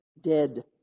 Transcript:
dead